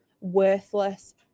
worthless